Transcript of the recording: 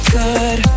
good